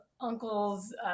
uncles